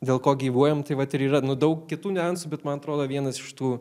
dėl ko gyvuojam tai vat ir yra nu daug kitų niuansų bet man atrodo vienas iš tų